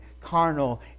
carnal